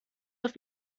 auf